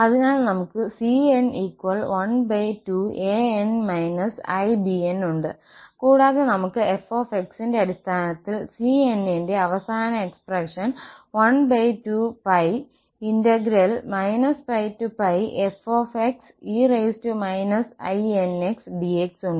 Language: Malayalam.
അതിനാൽ നമുക്ക് cn 12 an−i bn ഉണ്ട് കൂടാതെ നമുക്ക് f ന്റെ അടിസ്ഥാനത്തിൽ cn ന്റെ അവസാന എക്സ്പ്രഷൻ 12π πfxe inxdx ഉണ്ട്